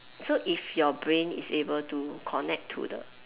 so if your brain is able to connect to the